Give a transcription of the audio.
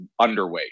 underweight